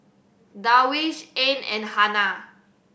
Darwish Ain and Hana